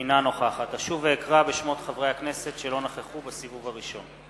אינה נוכחת אשוב ואקרא בשמות חברי הכנסת שלא נכחו בסיבוב הראשון: